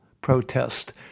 protest